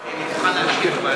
אני מוכן להקשיב,